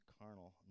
carnal